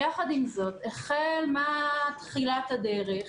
יחד עם זאת, החל מתחילת הדרך,